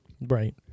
Right